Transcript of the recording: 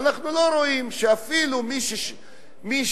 ואנחנו רואים שאפילו מי